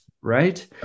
Right